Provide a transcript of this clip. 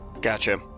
Gotcha